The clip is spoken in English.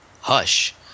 Hush